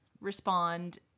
respond